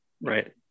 right